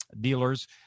dealers